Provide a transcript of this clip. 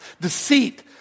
deceit